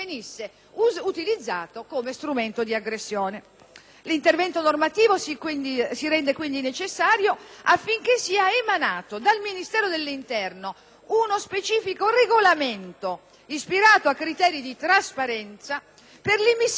L'intervento normativo si rende quindi necessario affinché sia emanato dal Ministero dell'interno uno specifico regolamento, ispirato a criteri di trasparenza, per l'immissione sul mercato di dispositivi di autodifesa che